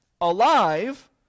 alive